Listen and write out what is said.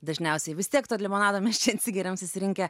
dažniausiai vis tiek tad limonado mes čia atsigeriam susirinkę